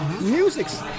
Music's